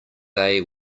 they